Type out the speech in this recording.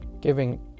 giving